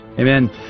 Amen